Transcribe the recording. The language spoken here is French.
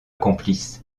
complice